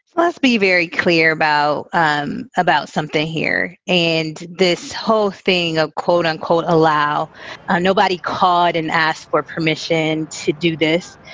let's be very clear about um about something here and this whole thing, a quote unquote, allow nobody called and asked for permission to do this.